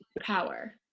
power